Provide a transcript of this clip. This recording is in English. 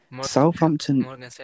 Southampton